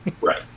Right